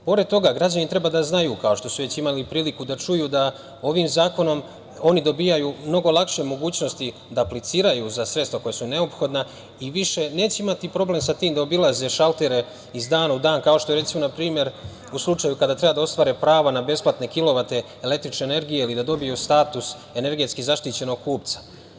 Pored toga, građani treba da znaju, kao što su već imali priliku da čuju da ovim zakonom oni dobijaju mnogo lakše mogućnosti da apliciraju za sredstva koja su neophodna, i više neće imati problem sa tim da obilaze šaltere iz dana u dan, kao što je npr. u slučaju kada treba da ostvare pravo na besplatne kilovate električne energije, ili da dobiju status energetski zaštićenog kupca.